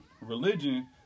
religion